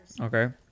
Okay